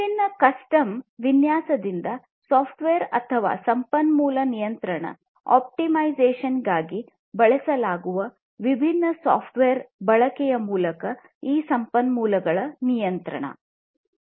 ವಿಭಿನ್ನ ಕಸ್ಟಮ್ ವಿನ್ಯಾಸದಿಂದ ಸಾಫ್ಟ್ವೇರ್ ಅಥವಾ ಸಂಪನ್ಮೂಲ ನಿಯಂತ್ರಣ ಆಪ್ಟಿಮೈಸೇಶನ್ಗಾಗಿ ಬಳಸಲಾಗುವ ವಿಭಿನ್ನ ಸಾಫ್ಟ್ವೇರ್ ಬಳಕೆಯ ಮೂಲಕ ಈ ಸಂಪನ್ಮೂಲಗಳ ನಿಯಂತ್ರಣ ಆಗಿದೆ